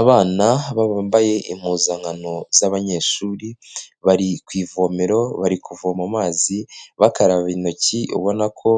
Abana bambaye impuzankano z'abanyeshuri bari ku ivomero bari kuvoma amazi bakaraba intoki ubona ko